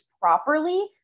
properly